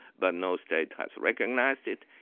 but no state has recognised it,